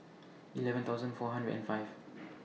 eleven thousand four hundred and five